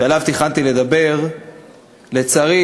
שעליו תכננתי לדבר לצערי,